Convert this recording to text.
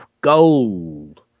gold